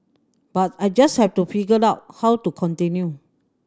but I just had to figure out how to continue